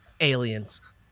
Aliens